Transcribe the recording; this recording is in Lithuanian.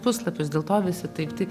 puslapius dėl to visi taip tai